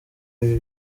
ibi